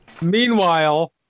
Meanwhile